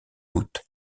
août